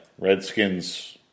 Redskins